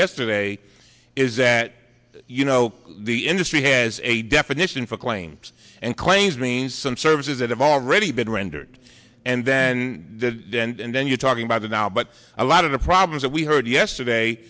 yesterday is that you know the industry has a definition for claims and claims means some services that have already been rendered and then and then you're talking about it now but a lot of the problems that we heard yesterday